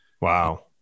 Wow